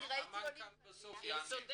המנכ"ל יענה בסוף.